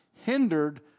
hindered